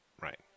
right